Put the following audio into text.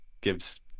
gives